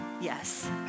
Yes